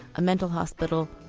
mental hospital,